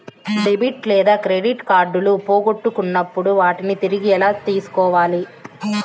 debit లేదా credit కార్డులు పోగొట్టుకున్నప్పుడు వాటిని తిరిగి ఎలా తీసుకోవాలి